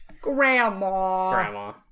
Grandma